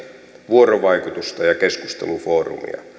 vuorovaikutusta ja keskustelufoorumia